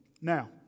Now